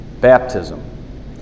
Baptism